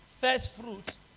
firstfruits